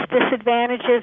disadvantages